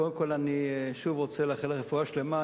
קודם כול אני רוצה שוב לאחל לך רפואה שלמה,